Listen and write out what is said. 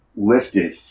lifted